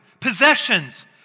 Possessions